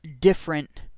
different